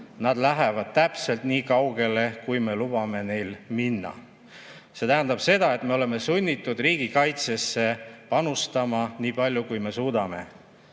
Nad lähevad täpselt nii kaugele, kui me lubame neil minna. See tähendab seda, et me oleme sunnitud riigikaitsesse panustama nii palju, kui me suudame.